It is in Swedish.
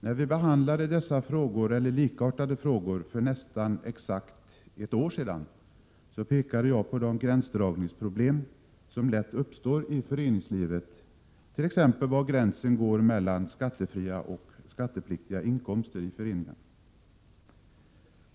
När vi behandlade dessa frågor eller likartade frågor för nästan exakt ett år sedan, pekade jag på de gränsdragningsproblem som lätt uppstår i föreningslivet, t.ex. var gränsen går mellan skattefria och skattepliktiga inkomster i föreningen.